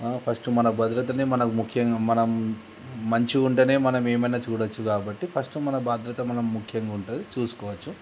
first మన భద్రతనే మనకు ముఖ్యంగా మనం మంచిగా ఉంటేనే మనం ఏమైనా చూడవచ్చు కాబట్టి ఫస్ట్ మన భద్రత మనం ముఖ్యంగా ఉంటుంది చూసుకోవచ్చు